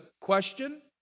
question